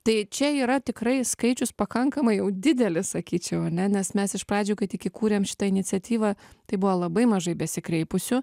tai čia yra tikrai skaičius pakankamai jau didelis sakyčiau ane nes mes iš pradžių kai tik įkūrėm šitą iniciatyvą tai buvo labai mažai besikreipusių